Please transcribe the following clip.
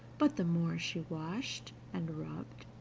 but, the more she washed and rubbed,